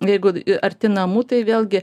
jeigu arti namų tai vėlgi